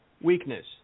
weakness